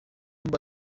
mba